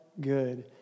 good